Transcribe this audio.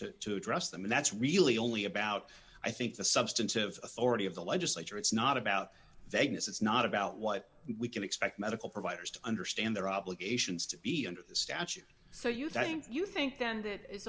to to address them and that's really only about i think the substantive authority of the legislature it's not about vagueness it's not about what we can expect medical providers to understand their obligations to be under the statute so you think you think then that it's